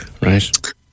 Right